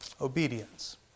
Obedience